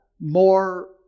more